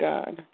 God